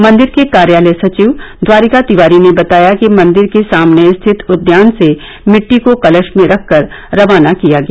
मंदिर के कार्यालय सचिव द्वारिका तिवारी ने बताया कि मंदिर के सामने स्थित उद्यान से मिटटी को कलश में रखकर रवाना किया गया